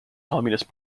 communist